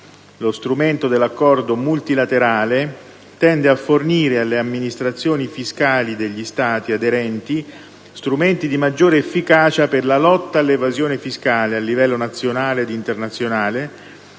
Lo strumento dell'Accordo multilaterale tende a fornire alle amministrazioni fiscali degli Stati aderenti strumenti di maggiore efficacia per la lotta all'evasione fiscale a livello nazionale ed internazionale,